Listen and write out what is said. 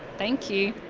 thank you.